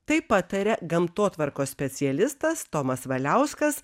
taip pataria gamtotvarkos specialistas tomas valiauskas